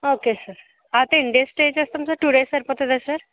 okay sir ten days stay చేస్తాం sir two days సరిపోతుందా sir